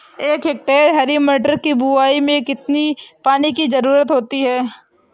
एक हेक्टेयर हरी मटर की बुवाई में कितनी पानी की ज़रुरत होती है?